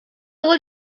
vuol